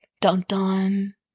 Dun-dun